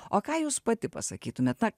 o ką jūs pati pasakytumėt na